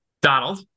Donald